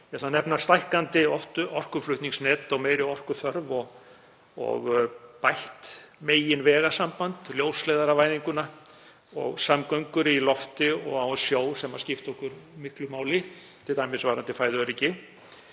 að nefna stækkandi orkuflutningsnet og meiri orkuþörf og bætt meginvegasamband, ljósleiðaravæðinguna og samgöngur í lofti og á sjó sem skipta okkur miklu máli, t.d. varðandi fæðuöryggi.